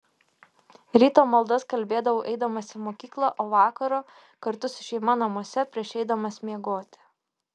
ryto maldas kalbėdavau eidamas į mokyklą o vakaro kartu su šeima namuose prieš eidamas miegoti